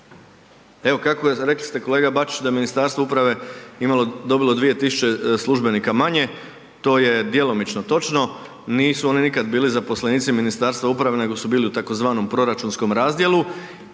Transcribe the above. Evo kako je, rekli ste kolega Bačić, da Ministarstvo uprave je dobilo 2000 službenika manje, to je djelomično točno, nisu oni nikad bili zaposlenici Ministarstva uprave nego su bili u tzv. proračunskom razdjelu